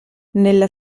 nella